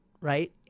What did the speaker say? right